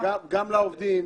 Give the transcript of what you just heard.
וגם לעובדים.